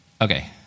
Okay